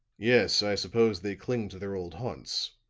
yes, i suppose they cling to their old haunts,